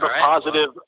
positive